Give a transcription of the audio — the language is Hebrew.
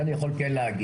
זה אני יכול כן להגיד.